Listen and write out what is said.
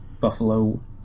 buffalo